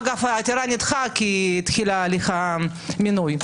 אגב העתירה נדחתה כי החל הליך המינוי.